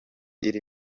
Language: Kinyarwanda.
iri